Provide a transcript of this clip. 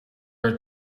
are